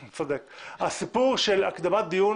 הסיפור של הקדמת דיון